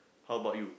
how about you